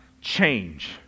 change